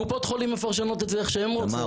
קופות החולים מפרשות את זה איך שהן רוצות.